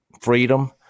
freedom